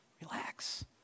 Relax